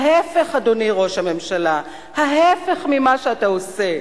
ההיפך, אדוני ראש הממשלה, ההיפך ממה שאתה עושה,